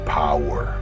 power